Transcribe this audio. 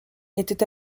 était